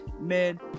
man